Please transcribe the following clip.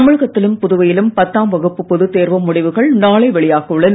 தமிழகத்திலும் புதுவையிலும் பத்தாம் வகுப்பு பொதுத் தேர்வு முடிவுகள் நாளை வெளியாக உள்ளன